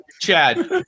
Chad